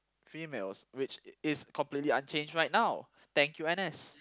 females which is completely unchanged right now thank you N_S